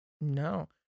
No